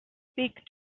speak